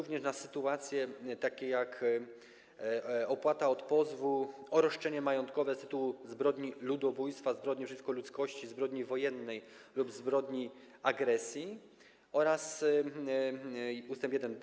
Chodzi o sytuacje takie, jak opłata od pozwu o roszczenie majątkowe z tytułu zbrodni ludobójstwa, zbrodni przeciwko ludzkości, zbrodni wojennej lub zbrodni agresji, oraz ujęte w ust. 1d: